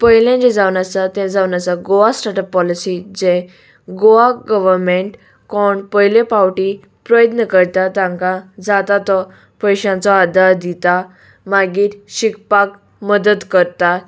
पयलें जे जावन आसा तें जावन आसा गोवा स्टार्ट अप पॉलिसी जे गोवा गवमेंट कोण पयले पावटी प्रयत्न करता तांकां जाता तो पयशांचो आदार दिता मागीर शिकपाक मदत करता